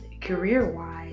career-wise